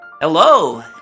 hello